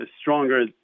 stronger